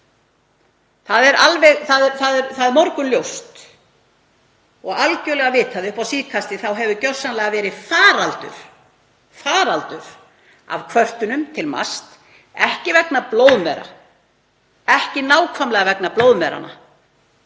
Það er morgunljóst og algerlega vitað að upp á síðkastið hefur gjörsamlega verið faraldur af kvörtunum til MAST, ekki vegna blóðmera, ekki nákvæmlega vegna blóðmeranna,